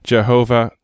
Jehovah